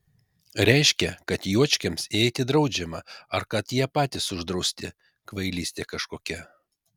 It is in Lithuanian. reiškia kad juočkiams įeiti draudžiama ar kad jie patys uždrausti kvailystė kažkokia